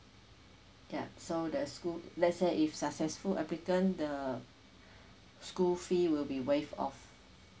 ya so the school let's say if successful applicant the school fee will be waived off